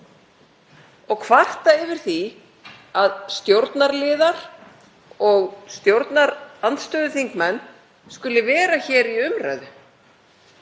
kvarta yfir því að stjórnarliðar og stjórnarandstöðuþingmenn skuli vera hér í umræðu.